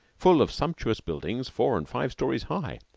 full of sumptuous buildings four and five stories high,